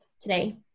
today